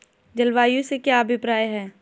जलवायु से क्या अभिप्राय है?